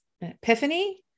epiphany